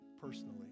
personally